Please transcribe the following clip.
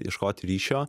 ieškoti ryšio